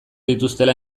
dituztela